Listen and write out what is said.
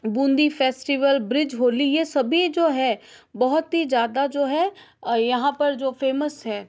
Bundi festival Brij Holi ये सभी जो है बहुत ही ज़्यादा जो है यहाँ पर जो फेमस है